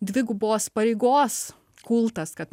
dvigubos pareigos kultas kad